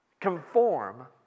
conform